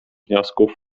wniosków